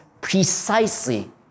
precisely